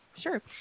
sure